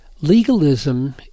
Legalism